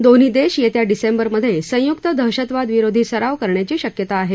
दोन्ही देश येत्या डिसेंबरमधे संयुक्त दहशतवाद विरोधी सराव करण्याची शक्यता आहे